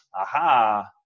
aha